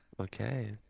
Okay